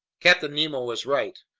captain nemo was right.